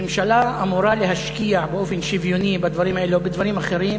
ממשלה אמורה להשקיע באופן שוויוני בדברים האלה ובדברים אחרים,